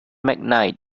mcknight